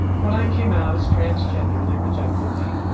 when i came out as transgender, they rejected me.